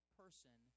person